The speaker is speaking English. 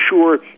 sure